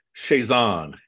Shazan